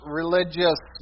religious